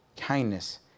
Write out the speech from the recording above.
kindness